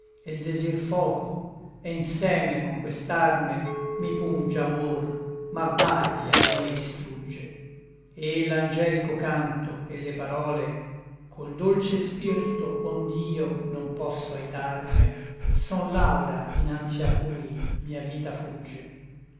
e l desir foco e nseme con quest'arme mi punge amor m'abbaglia et mi distrugge et l'angelico canto et le parole col dolce spirto ond'io non posso aitarme son l'aura inanzi a cui mia vita fugge